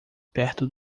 perto